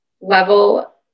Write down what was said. level